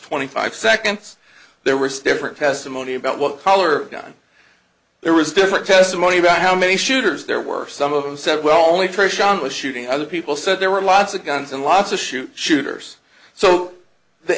twenty five seconds there were stiffer testimony about what color down there was different testimony about how many shooters there were some of them said well only trish on was shooting other people said there were lots of guns and lots of shoot shooters so the